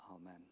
Amen